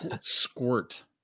Squirt